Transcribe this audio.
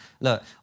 look